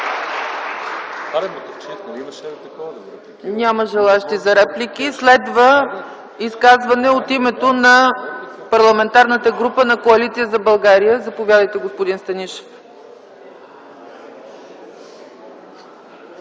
Няма желаещи. Следва изказване от името на Парламентарната група на Коалиция за България. Заповядайте, господин Станишев.